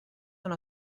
una